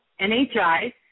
NHI